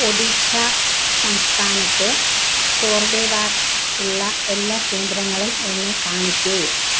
ഒഡീഷ സംസ്ഥാനത്ത് കോർബെവാക്സ് ഉള്ള എല്ലാ കേന്ദ്രങ്ങളും എന്നെ കാണിക്കൂ